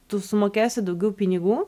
tu sumokėsi daugiau pinigų